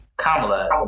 Kamala